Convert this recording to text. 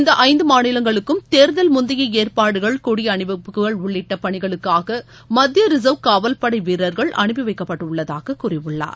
இந்த ஐந்து மாநிலங்களுக்கும் தேர்தல் முந்தைய ஏற்பாடுகள் கொடி அணிவகுப்புகள் உள்ளிட்ட பணிகளுக்காக மத்திய ரிசர்வ காவல் படை வீரர்கள் அனுப்பி வைக்கப்பட்டுள்ளதாக கூறியுள்ளார்